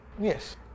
Yes